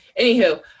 anywho